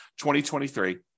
2023